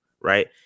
right